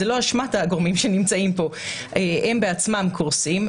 זו לא אשמת הגורמים שנמצאים פה, הם בעצמם קורסים.